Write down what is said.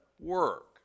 work